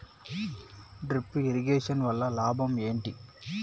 Drip irrigation వల్ల లాభం ఏంటి?